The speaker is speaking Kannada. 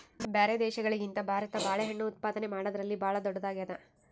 ಬ್ಯಾರೆ ದೇಶಗಳಿಗಿಂತ ಭಾರತ ಬಾಳೆಹಣ್ಣು ಉತ್ಪಾದನೆ ಮಾಡದ್ರಲ್ಲಿ ಭಾಳ್ ಧೊಡ್ಡದಾಗ್ಯಾದ